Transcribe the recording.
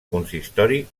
consistori